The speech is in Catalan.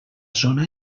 zona